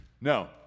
no